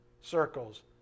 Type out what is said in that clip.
circles